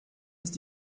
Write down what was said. ist